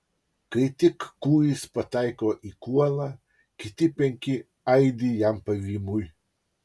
kai tik kūjis pataiko į kuolą kiti penki aidi jam pavymui